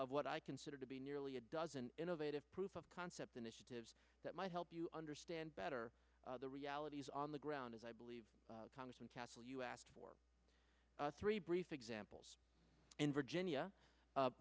of what i consider to be nearly a dozen innovative proof of concept initiatives that might help you understand better the realities on the ground as i believe congressman castle you asked for three brief examples in virginia